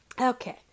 Okay